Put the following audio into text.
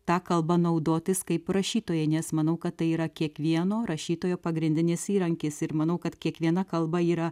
ta kalba naudotis kaip rašytojai nes manau kad tai yra kiekvieno rašytojo pagrindinis įrankis ir manau kad kiekviena kalba yra